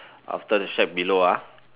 after the shack below ah